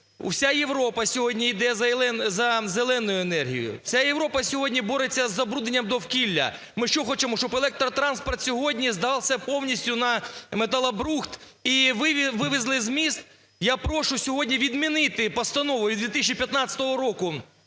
вся Європа сьогодні йде за зеленою енергією. Вся Європа сьогодні бореться з забрудненням довкілля. Ми що, хочемо, щоб електротранспорт сьогодні здався повністю на металобрухт і вивезли з міст. Я прошу сьогодні відмінити Постанову від 2015 року